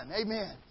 Amen